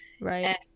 Right